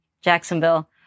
Jacksonville